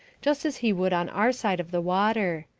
just as he would on our side of the water.